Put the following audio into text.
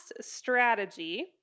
strategy